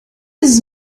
has